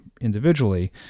individually